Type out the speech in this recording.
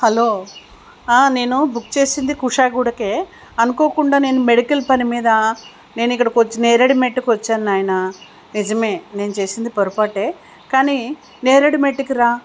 hello నేను book చేసింది కుషాయిగూడాకే అనుకోకుండా నేను మెడికల్ పని మీద నేను ఇక్కడ కొ నేరెడ్మెట్కు వచ్చాను నాయన నిజమే నేను చేసింది పొరపాటు కానీ నేరెడ్మెట్కి రా